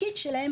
התפקיד שלהם.